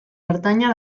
ertaina